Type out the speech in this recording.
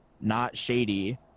not-shady